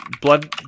blood